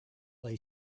lay